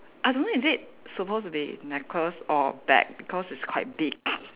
I don't know is it supposed to be necklace or bag because it's quite big